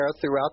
throughout